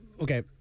Okay